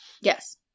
Yes